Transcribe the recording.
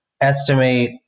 estimate